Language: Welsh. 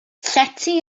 llety